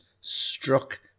struck